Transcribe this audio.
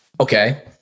okay